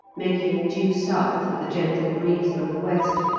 making due south with a gentle breeze from the west,